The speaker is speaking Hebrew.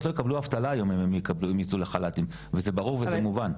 לא יקבלו דמי אבטלה היום במידה והן יצאו לחל"תים וזה ברור וזה מובן.